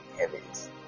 heavens